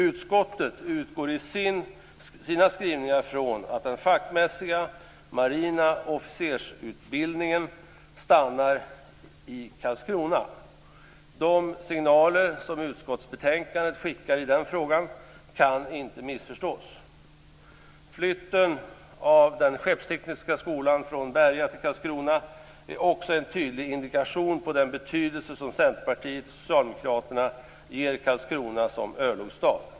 Utskottet utgår i sina skrivningar från att den fackmässiga marina officersutbildningen stannar i Karlskrona. De signaler som utskottsbetänkandet i den frågan skickar kan inte missförstås. Flytten av den skeppstekniska skolan från Berga till Karlskrona är också en tydlig indikation på den betydelse som Centerpartiet och Socialdemokraterna ger Karlskrona som örlogsstad.